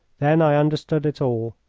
then i understood it all.